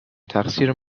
تقصیر